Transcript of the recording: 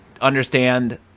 understand